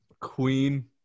Queen